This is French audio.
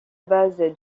base